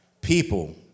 people